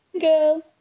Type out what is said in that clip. girl